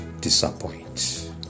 disappoint